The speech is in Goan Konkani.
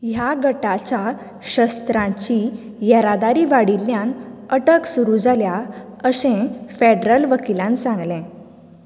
ह्या गटाच्या शस्त्रांची येरादारी वाडिल्ल्यान अटक सुरू जाल्या अशें फॅड्रल वकिलान सांगलें